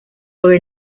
were